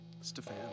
Stefan